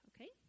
okay